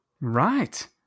Right